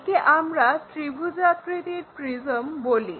একে আমরা ত্রিভুজাকৃতির প্রিজম বলি